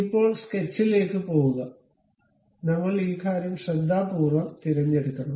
ഇപ്പോൾ സ്കെച്ചിലേക്ക് പോകുക നമ്മൾ ഈ കാര്യം ശ്രദ്ധാപൂർവ്വം തിരഞ്ഞെടുക്കണം